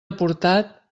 aportat